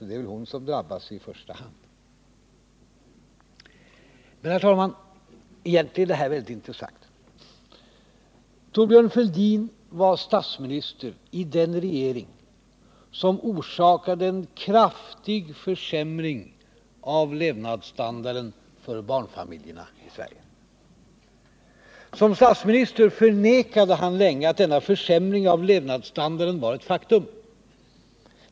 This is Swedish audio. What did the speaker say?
Det är således hon som drabbas i första hand. Egentligen är det här synnerligen intressant, herr talman! Thorbjörn Fälldin var statsminister i den regering som förorsakade en kraftig försämring av levnadsstandarden för barnfamiljerna i Sverige. Som statsminister förnekade han länge att denna försämring av levnadsstandarden var ett faktum.